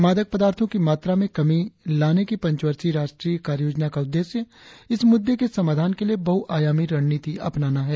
मादक पदार्थो की मात्रा में कमी लाने की पंचवर्षीय राष्ट्रीय कार्ययोजना का उद्देश्य इस मुद्दे के समाधान के लिए बहुआयामी रणनीति अपनाना है